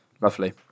lovely